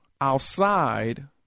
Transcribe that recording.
outside